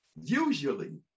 usually